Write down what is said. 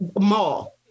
mall